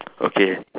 okay